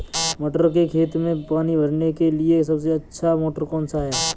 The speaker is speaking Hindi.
मटर के खेत में पानी भरने के लिए सबसे अच्छा मोटर कौन सा है?